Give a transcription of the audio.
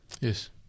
Yes